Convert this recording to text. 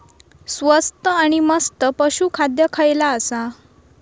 स्वस्त आणि मस्त पशू खाद्य खयला आसा?